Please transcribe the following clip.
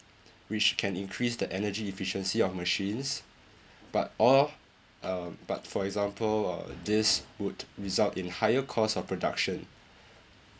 which can increase the energy efficiency of machines but oh um but for example uh this would result in higher cost of production